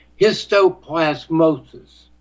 histoplasmosis